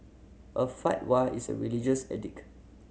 a fatwa is a religious edict